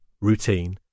Routine